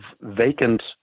vacant